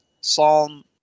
Psalm